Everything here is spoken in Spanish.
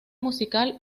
musical